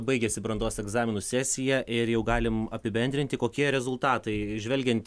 baigėsi brandos egzaminų sesija ir jau galim apibendrinti kokie rezultatai žvelgiant